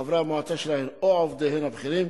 חברי המועצה שלהן או עובדיהן הבכירים